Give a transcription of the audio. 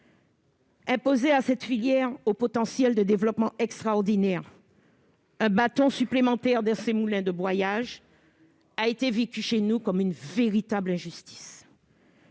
Imposer à cette filière, au potentiel de développement extraordinaire, un bâton supplémentaire dans ses moulins de broyage a été vécu comme une véritable injustice.